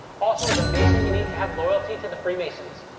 also, as a mason, you need to have loyalty to the freemasons,